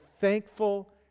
thankful